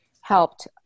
helped